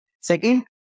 Second